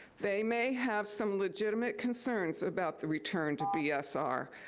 they may have some legitimate concerns about the return to bsr,